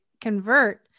convert